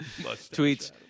tweets